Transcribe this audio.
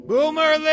Boomer